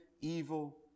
evil